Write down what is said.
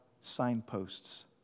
signposts